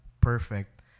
perfect